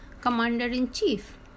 commander-in-chief